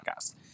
podcast